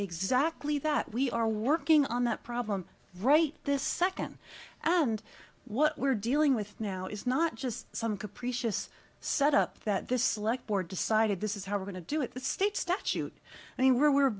exactly that we are working on that problem right this second and what we're dealing with now is not just some capricious set up that this select board decided this is how we're going to do it the state statute i mean we're